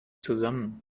zusammen